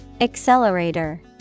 Accelerator